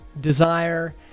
desire